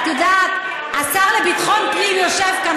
את יודעת, השר לביטחון פנים יושב כאן.